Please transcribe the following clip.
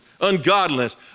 ungodliness